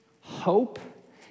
Hope